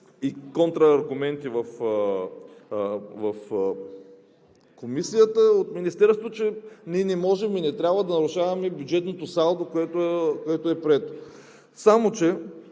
и контрааргументи в Комисията от Министерството, че ние не можем и не трябва да нарушаваме бюджетното салдо, което е прието. Само че